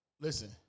listen